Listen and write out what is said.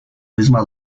misma